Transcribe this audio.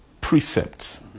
precepts